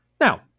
Now